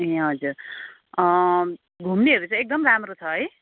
ए हजुर घुम्नेहरू चाहिँ एकदम राम्रो छ है